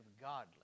godly